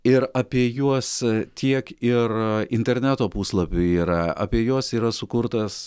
ir apie juos tiek ir interneto puslapių yra apie juos yra sukurtas